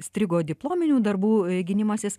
strigo diplominių darbų gynimasis